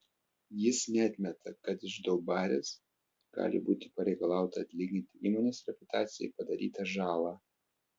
jis neatmeta kad iš daubarės gali būti pareikalauta atlyginti įmonės reputacijai padarytą žalą